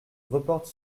reporte